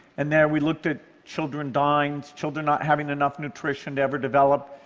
and there we looked at children dying, children not having enough nutrition to ever develop,